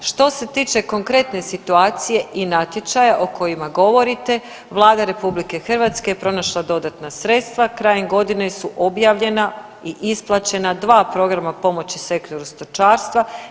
Što se tiče konkretne situacije i natječaja o kojima govorite Vlada RH je pronašla dodatna sredstva, krajem godine su objavljena i isplaćena 2 programa pomoći sektoru stočarstva.